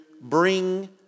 bring